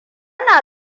na